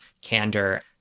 candor